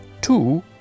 two